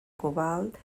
cobalt